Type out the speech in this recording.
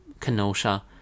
Kenosha